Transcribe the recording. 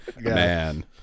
man